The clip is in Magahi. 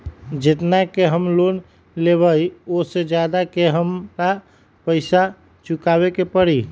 जेतना के हम लोन लेबई ओ से ज्यादा के हमरा पैसा चुकाबे के परी?